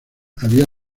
había